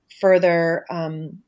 further